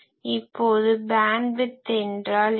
இப்போது பேன்ட்விட்த் என்றால் என்ன